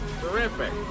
Terrific